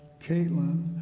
Caitlin